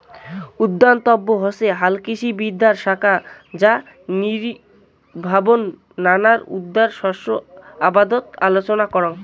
উদ্যানতত্ত্ব হসে হালকৃষিবিদ্যার শাখা যা নিবিড়ভাবত নানান উদ্যান শস্য আবাদত আলোচনা করাং